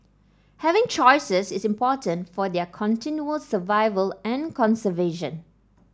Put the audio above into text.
having choices is important for their continual survival and conservation